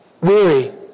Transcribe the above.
weary